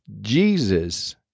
Jesus